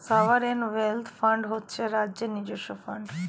sovereign wealth fund হচ্ছে রাজ্যের নিজস্ব ফান্ড